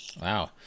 Wow